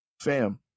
fam